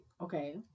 Okay